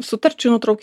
sutarčių nutrauki